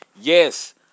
Yes